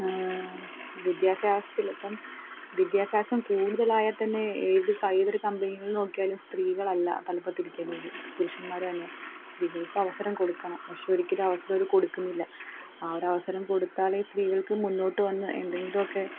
വിദ്യാഭ്യാസത്തിലിപ്പം വിദ്യാഭ്യാസം കൂടുതലായാൽ തന്നെ ഏത് ഏതൊരു ക കമ്പനിയിൽ നോക്കിയാൽ തന്നെ സ്ത്രീകൾ അല്ല തലപ്പത്ത് ഇരിക്കുന്നത് പുരുഷന്മാർ തന്നെയാണ് സ്ത്രീകൾക്കും അവസരം കൊടുക്കണം പക്ഷേ ഒരിക്കലും അവസരം അവർ കൊടുക്കുന്നില്ല ആ ഒരു അവസരം കൊടുത്താലേ സ്ത്രീകൾക്ക് മുന്നോട്ട് വന്ന് എന്തെങ്കിലും ഒക്കെ